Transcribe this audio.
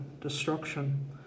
destruction